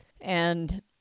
and-